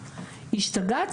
השתגעת,